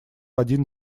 один